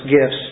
gifts